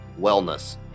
wellness